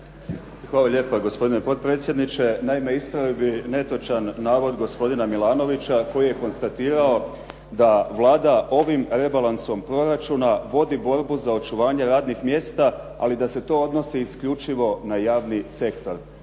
Hvala lijepa gospodine potpredsjedniče. Naime, ispravio bih netočan navod gospodina Milanovića koji je konstatirao da Vlada ovim rebalansom proračuna vodi borbu za očuvanje radnih mjesta, ali da se to odnosi isključivo na javni sektor,